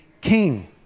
king